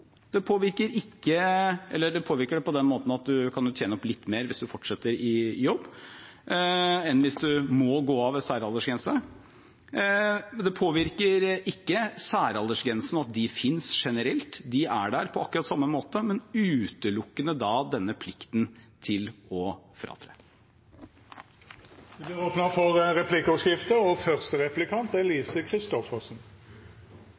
eller det påvirker den på den måten at man kan tjene opp litt mer hvis man fortsetter i jobb enn hvis man må gå av ved særaldersgrense. Det påvirker ikke særaldersgrensene og at de finnes generelt, de er der på akkurat samme måte, men utelukkende denne plikten til å fratre. Det vert replikkordskifte.